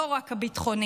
לא רק הביטחונית.